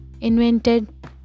invented